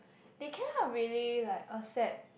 they cannot really like accept